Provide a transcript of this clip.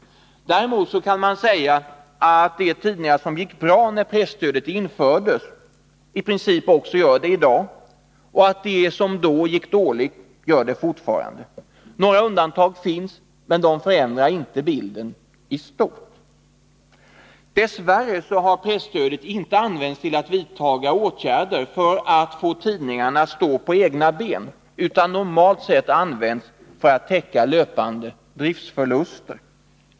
Däremot kan man säga att de tidningar som gick bra när presstödet infördes i princip gör det också i dag och att de som gick dåligt gör det fortfarande. Några undantag finns, men de förändrar inte bilden i stort. Dess värre har presstödet inte använts till att vidtaga åtgärder för att få tidningarna att stå på egna ben utan normalt sett för att täcka löpande driftförluster.